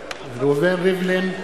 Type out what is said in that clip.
ראובן ריבלין,